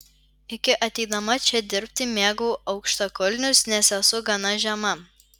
iki ateidama čia dirbti mėgau aukštakulnius nes esu gana žema